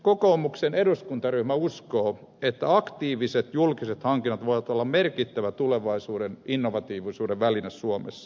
kokoomuksen eduskuntaryhmä uskoo että aktiiviset julkiset hankinnat voivat olla merkittävä tulevaisuuden innovatiivisuuden väline suomessa